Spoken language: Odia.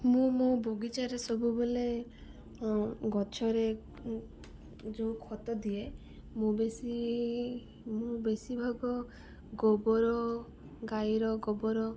ମୁଁ ମୋ ବଗିଚାରେ ସବୁବେଲେ ଗଛରେ ଯେଉଁ ଖତ ଦିଏ ମୁଁ ବେଶି ମୁଁ ବେଶୀ ଭାଗ ଗୋବର ଗାଈର ଗୋବର